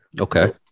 Okay